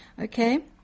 Okay